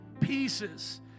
pieces